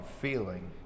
feeling